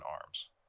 arms